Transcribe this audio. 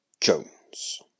Jones